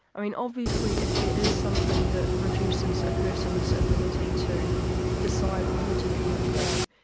i mean obviously if there is something that reduces a person's ability to decide whether to commit a crime,